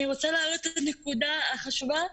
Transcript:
אני רוצה להעלות נקודה חשובה,